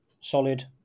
solid